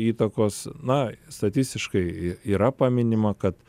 įtakos na statistiškai yra paminima kad